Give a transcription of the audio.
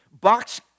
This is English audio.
Box